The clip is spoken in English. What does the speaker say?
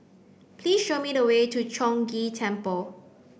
please show me the way to Chong Ghee Temple